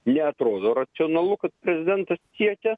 neatrodo racionalu kad prezidentas siekia